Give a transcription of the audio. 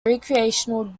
recreational